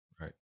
right